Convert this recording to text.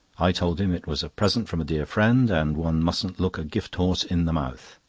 i told him it was a present from a dear friend, and one mustn't look a gift-horse in the mouth.